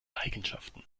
eigenschaften